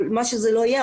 או מה שלא יהיה,